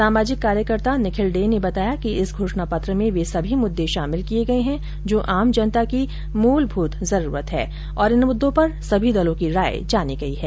सामाजिक कार्यकर्ता निखिल डे ने बताया कि इस घोषणा पत्र में वे सभी मुद्दे शामिल किए गए हैं जो आम जनता की मूलभूत जरूरत है और इन मुददों पर सभी दलों की राय जानी गई है